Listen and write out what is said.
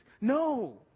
No